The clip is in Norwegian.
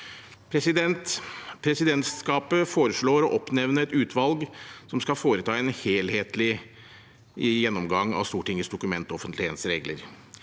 Presidentskapet foreslår å oppnevne et utvalg som skal foreta en helhetlig gjennomgang av Stortingets dokumentoffentlighetsregler.